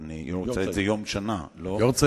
אדוני,